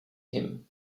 hymn